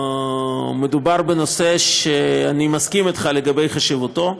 מדובר בנושא שאני מסכים אתך לגבי חשיבותו,